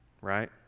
right